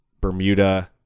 Bermuda